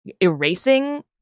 erasing